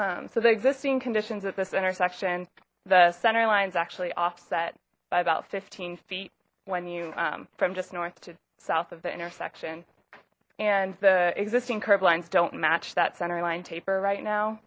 intersection so the existing conditions at this intersection the center lines actually offset by about fifteen feet when you from just north to south of the intersection and the existing curb lines don't match that centerline taper right now